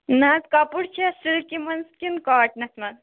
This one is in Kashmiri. نہَ حظ کَپُر چھا سِلکہٕ منٛز کِنہٕ کاٹٚنَس منٛز